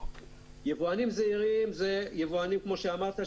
יבואנים זעירים זה יבואנים כמו שאמרת,